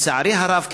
לצערי הרב,